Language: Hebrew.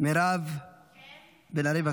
מירב בן ארי.